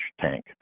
tank